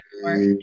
more